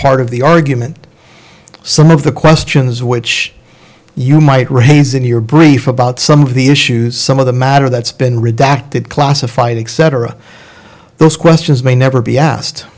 part of the argument some of the questions which you might raise in your brief about some of the issues some of the matter that's been redacted classified except for those questions may never be asked